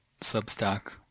Substack